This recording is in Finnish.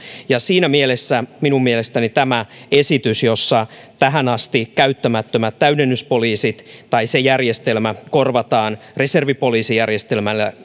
ja siinä mielessä minun mielestäni tämä esitys jossa tähän asti käyttämättömät täydennyspoliisit tai se järjestelmä korvataan reservipoliisijärjestelmällä